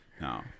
No